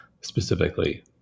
specifically